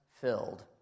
filled